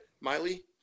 Miley